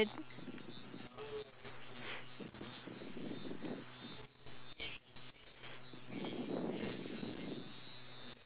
because whatever my parents gave me I feel like it's very hard for me to try to reward them back or pay them back with